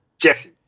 Jesse